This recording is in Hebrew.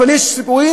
אבל יש סיפורים,